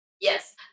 Yes